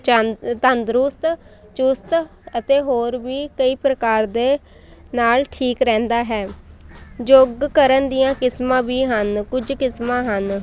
ਚੰਦ ਤੰਦਰੁਸਤ ਚੁਸਤ ਅਤੇ ਹੋਰ ਵੀ ਕਈ ਪ੍ਰਕਾਰ ਦੇ ਨਾਲ ਠੀਕ ਰਹਿੰਦਾ ਹੈ ਯੋਗ ਕਰਨ ਦੀਆਂ ਕਿਸਮਾਂ ਵੀ ਹਨ ਕੁਝ ਕਿਸਮਾਂ ਹਨ